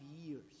years